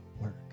work